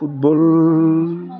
football